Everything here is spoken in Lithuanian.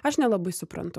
aš nelabai suprantu